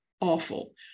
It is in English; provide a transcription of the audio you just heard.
awful